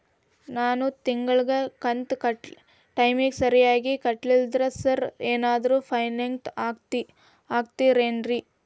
ನಾನು ತಿಂಗ್ಳ ಕಂತ್ ಟೈಮಿಗ್ ಸರಿಗೆ ಕಟ್ಟಿಲ್ರಿ ಸಾರ್ ಏನಾದ್ರು ಪೆನಾಲ್ಟಿ ಹಾಕ್ತಿರೆನ್ರಿ?